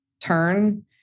turn